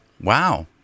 Wow